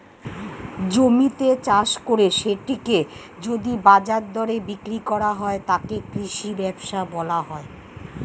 জমিতে চাষ করে সেটিকে যদি বাজার দরে বিক্রি করা হয়, তাকে কৃষি ব্যবসা বলা হয়